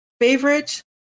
favorite